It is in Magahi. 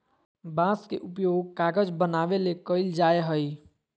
बांस के उपयोग कागज बनावे ले कइल जाय हइ